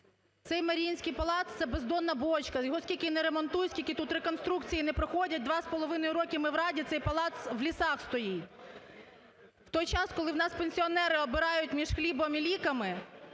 Цей Маріїнський палац – це бездонна бочка, його скільки не ремонтуй, скільки тут реконструкції не проходять, 2,5 роки ми в Раді, цей палац в лісах стоїть. В той час, коли в нас пенсіонери обирають між хлібом і ліками,